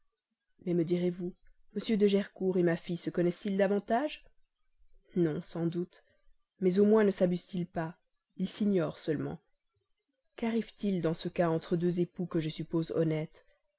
mais me direz-vous m de gercourt ma fille se connaissent ils davantage non sans doute mais au moins ne sabusent ils pas ils s'ignorent seulement qu'arrive-t-il dans ce cas entre deux époux que je suppose honnêtes